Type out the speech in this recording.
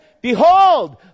Behold